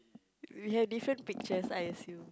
we have different pictures I assume